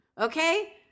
Okay